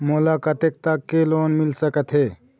मोला कतेक तक के लोन मिल सकत हे?